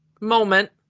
moment